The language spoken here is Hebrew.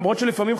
למרות שלפעמים,